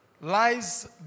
lies